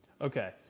Okay